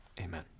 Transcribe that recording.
amen